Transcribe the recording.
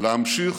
להמשיך